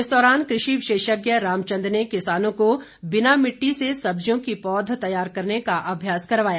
इस दौरान कृषि विशेषज्ञ रामचंद ने किसानों को बिना मिट्टी से सब्जियों की पौध तैयार करने का अभ्यास करवाया